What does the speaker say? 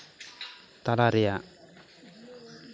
ᱛᱟᱞᱟᱨᱮᱭᱟᱜ